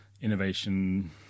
innovation